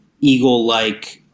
eagle-like